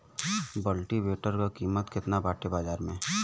कल्टी वेटर क कीमत केतना बाटे बाजार में?